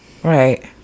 Right